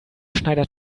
schneider